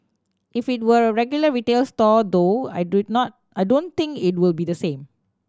if it were a regular retail store though I do not I don't think it would be the same